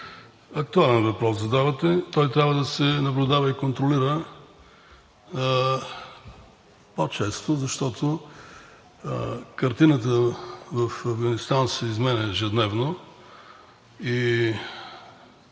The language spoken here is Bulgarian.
актуален въпрос задавате. Това трябва да се наблюдава и контролира по-често, защото картината в Афганистан се изменя ежедневно и